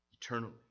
eternally